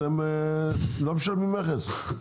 אתם לא משלמים מכס.